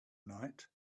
night